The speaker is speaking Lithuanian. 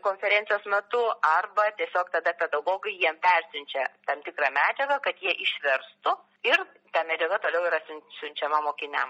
konferencijos metu arba tiesiog tada pedagogai jiems persiunčia tam tikrą medžiagą kad jie išverstų ir ta medžiaga toliau yra siunčiama mokiniam